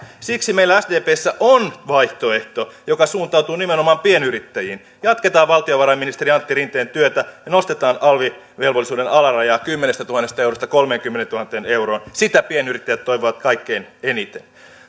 siksi meillä sdpssä on vaihtoehto joka suuntautuu nimenomaan pienyrittäjiin jatketaan valtiovarainministeri antti rinteen työtä ja nostetaan alv velvollisuuden alaraja kymmenestätuhannesta eurosta kolmeenkymmeneentuhanteen euroon sitä pienyrittäjät toivovat kaikkein eniten